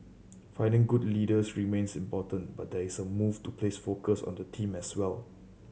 finding good leaders remains important but there is a move to place focus on the team as well